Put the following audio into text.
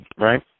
right